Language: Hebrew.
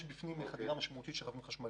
היא כוללת חדירה משמעותית של רכבים חשמליים.